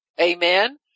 Amen